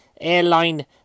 airline